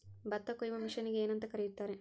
ಭತ್ತ ಕೊಯ್ಯುವ ಮಿಷನ್ನಿಗೆ ಏನಂತ ಕರೆಯುತ್ತಾರೆ?